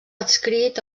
adscrit